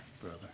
brother